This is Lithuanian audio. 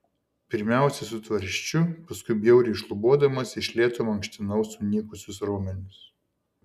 pirmiausia su tvarsčiu paskui bjauriai šlubuodamas iš lėto mankštinau sunykusius raumenis